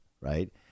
right